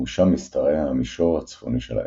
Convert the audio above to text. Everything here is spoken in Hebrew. ומשם משתרע המישור הצפוני של העמק.